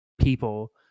people